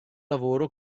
lavoro